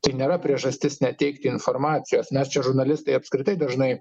tai nėra priežastis neteikti informacijos mes čia žurnalistai apskritai dažnai